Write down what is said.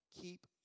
keep